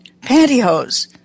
pantyhose